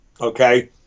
okay